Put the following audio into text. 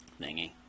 thingy